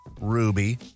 Ruby